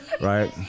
right